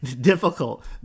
difficult